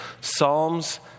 psalms